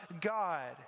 God